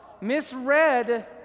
misread